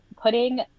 putting